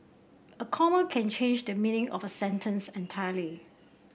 a comma can change the meaning of a sentence entirely